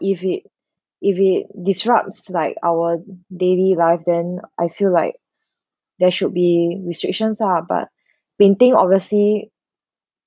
if it if it disrupts like our daily life then I feel like there should be restrictions ah but painting obviously